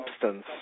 substance